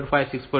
5 6